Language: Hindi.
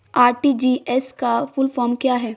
आर.टी.जी.एस का फुल फॉर्म क्या है?